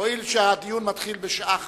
הואיל והדיון מתחיל בשעה 17:00,